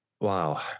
wow